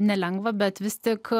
nelengva bet vis tik